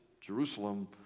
Jerusalem